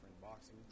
boxing